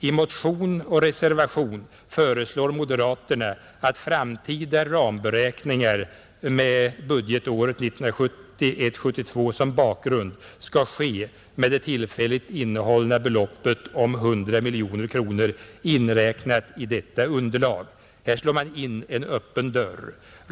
I motion och reservation föreslår moderaterna att framtida ramberäkningar med budgetåret 1971/72 som bakgrund skall ske med det tillfälligt innehållna beloppet om 100 miljoner kronor inräknat i detta underlag. Här slår man in en öppen dörr.